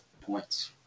points